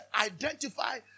identify